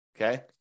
Okay